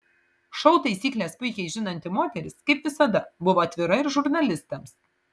šou taisykles puikiai žinanti moteris kaip visada buvo atvira ir žurnalistams